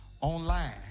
online